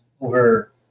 over